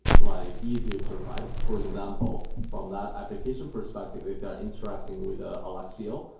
like easier to write. for example, from that application perspective, if they're interacting with ah alluxio,